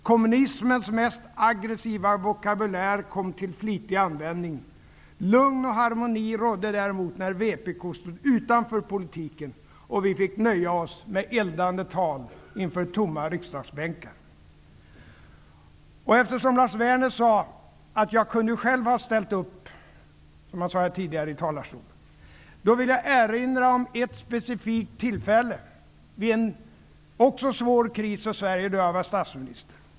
- Kommunismens mest aggressiva vokabulär kom till flitig användning. Lugn och harmoni rådde däremot när vpk stod utanför politiken och vi fick nöja oss med eldande tal inför tomma riksdagsbänkar.'' Eftersom Lars Werner sade tidigare i talarstolen att han själv kunde ha ställt upp, vill jag erinra om ett specifikt tillfälle vid en svår kris för Sverige då jag var statsminister.